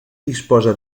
disposa